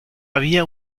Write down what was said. había